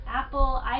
Apple